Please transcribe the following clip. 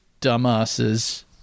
dumbasses